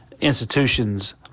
institutions